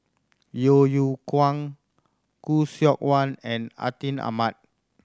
Yeo Yeow Kwang Khoo Seok Wan and Atin Amat